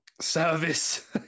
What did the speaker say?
service